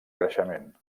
creixement